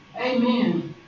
Amen